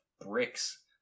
bricks